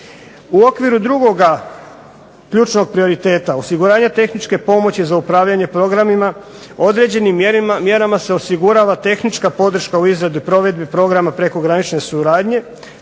U okviru drugoga ključno prioriteta osiguranja tehničke pomoći za upravljanje programima, određenim mjerama se osigurava tehnička podrška u izradi provedbi programa prekogranične suradnje